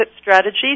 Strategy